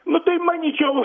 nu tai manyčiau